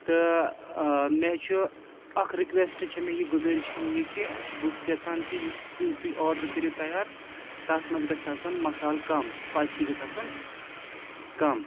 تہٕ مےٚ چھُ اَکھ رِکوٮ۪سٹ چھےٚ مےٚ یہِ گُزٲرِش چھَم یہِ کہِ بہٕ چھُس یَژھان کہِ یُس تُہۍ تُہۍ آرڈَر کٔرِو تیار تَتھ منٛز گَژھِ آسُن مصالہٕ کَم سٕپایسی گَژھِ آسُن کم